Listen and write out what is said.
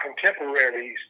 contemporaries